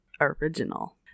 original